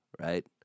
right